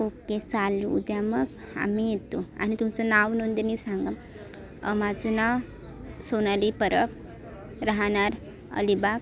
okay चालू उद्या मग आम्ही येतो आणि तुमचं नाव नोंदणी सांगा माझं नाव सोनाली परब राहणार अलिबाग